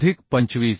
अधिक 25